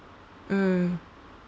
mm